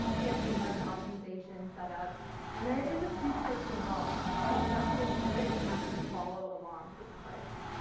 campaign budget optimisation, set up and there is a few clicks involved and so the best way to do it is to actually follow along with the clicks.